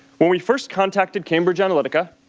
when we first contacted cambridge analytica,